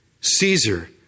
Caesar